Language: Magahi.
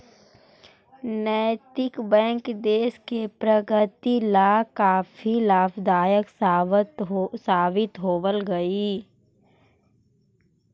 नैतिक बैंक देश की प्रगति ला काफी लाभदायक साबित होवअ हई